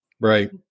Right